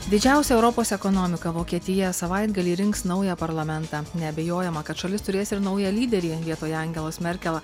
didžiausia europos ekonomika vokietija savaitgalį rinks naują parlamentą neabejojama kad šalis turės ir naują lyderį vietoj angelos merkel